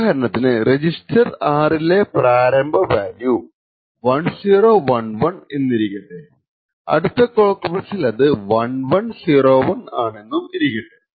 ഉദാഹരണത്തിന് register R ലെ പ്രാരംഭ വാല്യൂ 1011 എന്നിരിക്കട്ടെ അടുത്ത ക്ലോക്ക് പൾസിൽ അത് 1101 സ്ണെന്നും ഇരിക്കട്ടെ